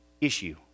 issue